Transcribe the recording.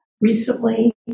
Recently